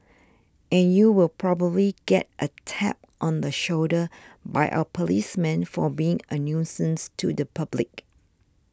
and you will probably get a tap on the shoulder by our policemen for being a nuisance to the public